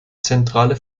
zentrale